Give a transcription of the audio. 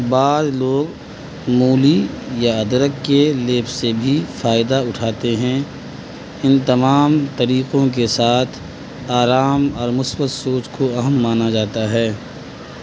بعض لوگ مولی یا ادرک کے لیپ سے بھی فائدہ اٹھاتے ہیں ان تمام طریقوں کے ساتھ آرام اور مثبت سوچ کو اہم مانا جاتا ہے